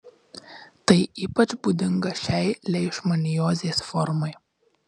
tai ypač būdinga šiai leišmaniozės formai